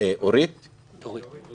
אני יכול לסקר את מה שהיה כאן.